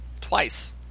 Twice